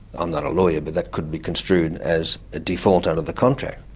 i'm not a lawyer, but that could be construed as a default under the contract.